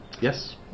Yes